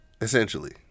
essentially